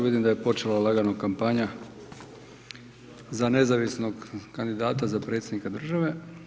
Vidim da je počela lagano kampanja za nezavisnog kandidata za predsjednika države.